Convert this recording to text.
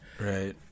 Right